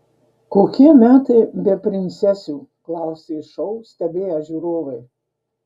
kokie metai be princesių klausė šou stebėję žiūrovai